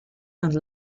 and